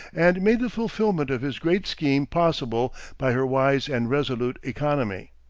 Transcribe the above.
and made the fulfillment of his great scheme possible by her wise and resolute economy.